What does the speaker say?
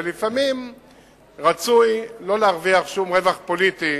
ולפעמים רצוי לא להרוויח שום רווח פוליטי